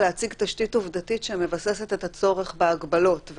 מחייב להציג תשתית עובדתית שמבססת את הצורך בהגבלות.